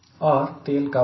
और तेल का भार